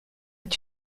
est